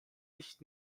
nicht